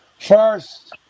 First